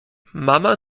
mama